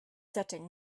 setting